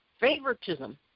favoritism